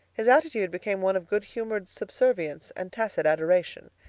his attitude became one of good-humored subservience and tacit adoration.